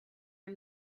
are